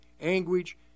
Anguish